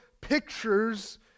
pictures